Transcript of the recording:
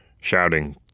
Shouting